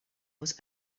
was